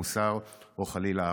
מוסר או חלילה,